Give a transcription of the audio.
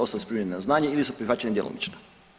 Ostale su primljene na znanje ili su prihvaćene djelomično.